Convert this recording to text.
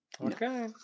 Okay